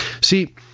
See